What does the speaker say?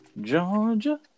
Georgia